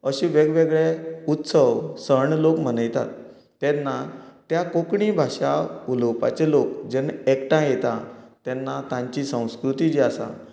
अशे वेग वेगळे उत्सव सण लोक मनयतात तेन्ना त्यो कोंकणी भाशा उलोवपाचे लोक जेन्ना एकटांय येता तेन्ना तांची संस्कृती जी आसा